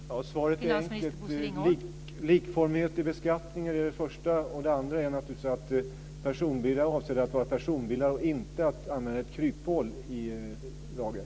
Fru talman! Svaret är enkelt. Likformighet i beskattningen är det första. Det andra är naturligtvis att personbilar är avsedda att vara personbilar - inte att använda ett kryphål i lagen.